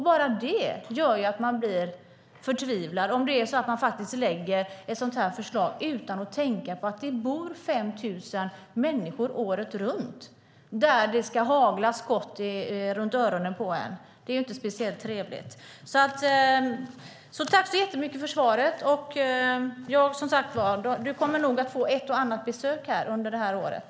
Bara det gör att man blir förtvivlad, om man lägger fram ett sådant förslag utan att tänka på att det bor 5 000 människor året runt där det ska hagla skott runt öronen - det är inte speciellt trevligt. Tack så jättemycket för svaret! Du kommer nog att få ett och annat besök under året.